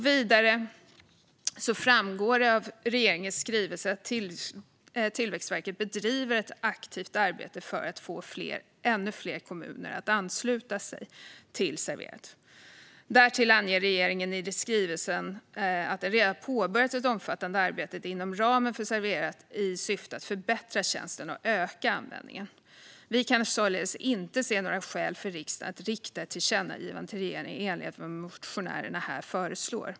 Vidare framgår det av regeringens skrivelse att Tillväxtverket bedriver ett aktivt arbete för att få ännu fler kommuner att ansluta sig till Serverat. Därtill anger regeringen i skrivelsen att det redan har påbörjats ett omfattande arbete inom ramen för Serverat i syfte att förbättra tjänsten och öka användningen. Vi kan således inte se några skäl för riksdagen att rikta ett tillkännagivande till regeringen i enlighet med vad motionärerna här föreslår.